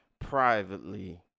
privately